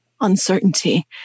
uncertainty